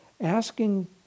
asking